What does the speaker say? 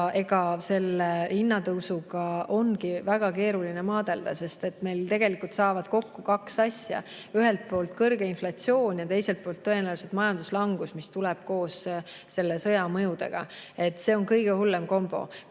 muresid. Hinnatõusuga ongi väga keeruline maadelda, sest meil tegelikult saavad kokku kaks asja: ühelt poolt kõrge inflatsioon ja teiselt poolt tõenäoliselt majanduslangus, mis tuleb koos sõja mõjudega. See on kõige hullem kombo.